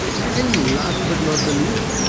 and last but not the least.